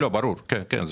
כן, כן.